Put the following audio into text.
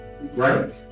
Right